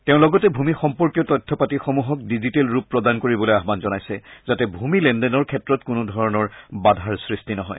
তেওঁ লগতে ভূমি সম্পৰ্কীয় তথ্যপাতিসমূহক ডিজিটেল ৰূপ প্ৰদান কৰিবলৈ আয়ান জনাইছে যাতে ভূমি লেনদেনৰ ক্ষেত্ৰত কোনোধৰণৰ বাধাৰ সৃষ্টি নহয়